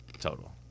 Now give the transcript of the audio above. total